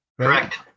Correct